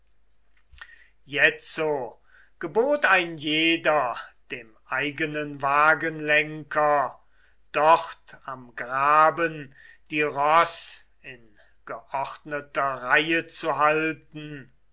jetzo gebot ein jeder dem eigenen wagenlenker dort am graben die ross in geordneter reihe zu halten